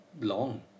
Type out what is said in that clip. long